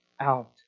out